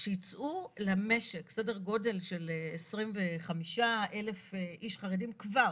שיצאו למשק סדר גודל של 25,000 איש חרדים כבר.